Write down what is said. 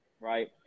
right